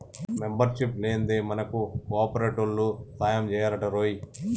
membership లేందే మనకు కోఆపరేటివోల్లు సాయంజెయ్యరటరోయ్